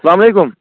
السلام علیکم